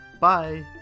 bye